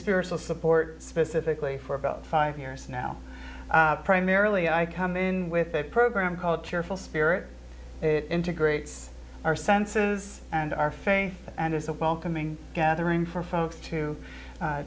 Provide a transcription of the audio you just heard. spiritual support specifically for about five years now primarily i come in with a program called cheerful spirit it integrates our senses and our faith and is a welcoming gathering for folks to